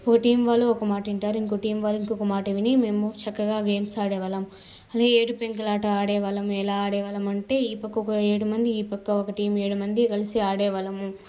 ఒక టీం వాళ్ళు ఒక మాట వింటారు ఇంకో టీం వాళ్ళు ఇంకొక మాట విని మేము చక్కగా గేమ్స్ ఆడేవాళ్ళం అదే ఏడు పెంకులాట ఆడేవాళ్ళం ఎలా ఆడేవాళ్ళం అంటే ఈ పక్క ఒక ఏడుమంది ఈ పక్క ఒక టీం ఏడు మంది కలిసి ఆడేవాళ్ళం